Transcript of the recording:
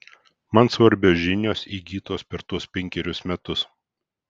man svarbios žinios įgytos per tuos penkerius metus